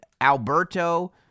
Alberto